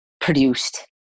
produced